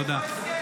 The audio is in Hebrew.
תודה.